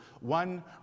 one